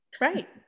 right